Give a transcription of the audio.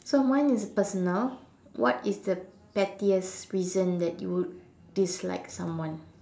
so mine is personal what is the pettiest reason that you would dislike someone